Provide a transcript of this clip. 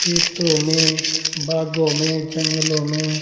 खेतों में बागों में जंगलों में